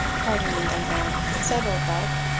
pardon me, young man, said oldbuck,